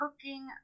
cooking